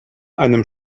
einem